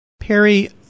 Perry